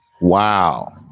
Wow